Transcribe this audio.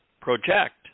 project